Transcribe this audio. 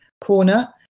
Corner